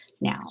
now